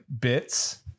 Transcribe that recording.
bits